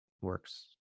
works